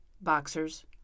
boxers